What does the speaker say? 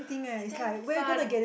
it's damn fun